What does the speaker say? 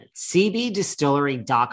CBDistillery.com